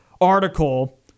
article